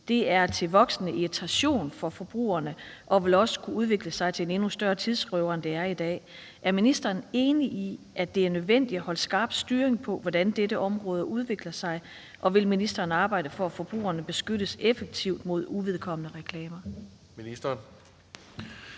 Det er til voksende irritation for forbrugerne, og det vil også kunne udvikle sig til en større tidsrøver, end det er i dag. Er ministeren enig i, at det er nødvendigt at have en skarp styring af, hvordan dette område udvikler sig? Og vil ministeren arbejde for, at forbrugerne beskyttes effektivt mod uvedkommende reklamer?